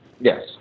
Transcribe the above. Yes